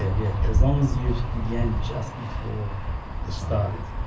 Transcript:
ah yeah. yeah, as long as you began just before the started